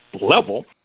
level